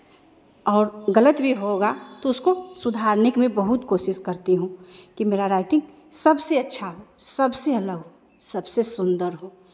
और गलत भी होगा तो उसको सुधारने की भी बहुत कोशिश करती हूँ कि मेरा राइटिंग सबसे अच्छा सबसे अलग सबसे सुंदर हो